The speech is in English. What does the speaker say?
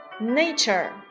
nature